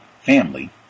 family